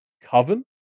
coven